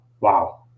wow